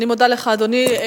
אני מודה לך, אדוני.